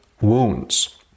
wounds